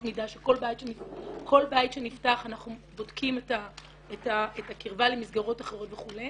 מידה כל בית שנפתח אנחנו בודקים את הקרבה למסגרות אחרות וכו'.